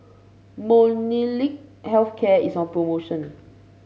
Molnylcke Health Care is on promotion